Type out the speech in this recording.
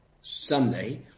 Sunday